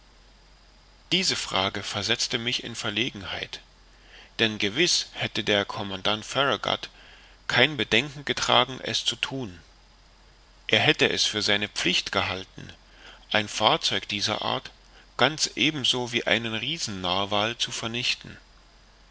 diese frage setzte mich in verlegenheit denn gewiß hätte der commandant farragut kein bedenken getragen es zu thun er hätte für seine pflicht gehalten ein fahrzeug dieser art ganz ebenso wie einen riesen narwal zu vernichten